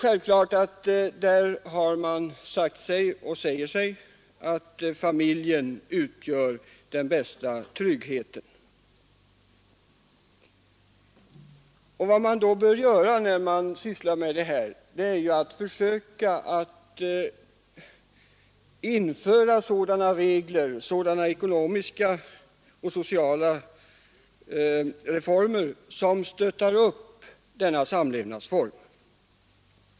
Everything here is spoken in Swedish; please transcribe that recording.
Man har sagt sig att sådana regler och få till stånd sådana ekonomiska och sociala reformer, att de stöttar upp denna samlevnadsform.